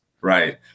Right